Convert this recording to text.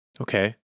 Okay